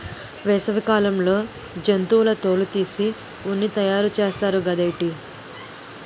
వేసవి కాలంలో జంతువుల తోలు తీసి ఉన్ని తయారు చేస్తారు గదేటి